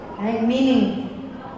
Meaning